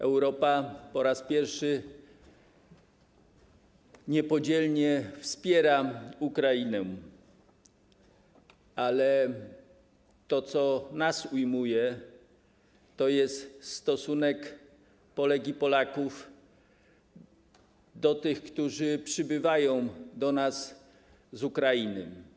Europa po raz pierwszy niepodzielnie wspiera Ukrainę, ale to, co nas ujmuje, to stosunek Polek i Polaków do tych, którzy przybywają do nas z Ukrainy.